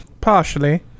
partially